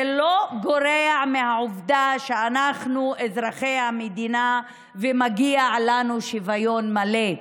זה לא גורע מהעובדה שאנחנו אזרחי המדינה ומגיע לנו שוויון מלא,